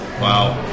wow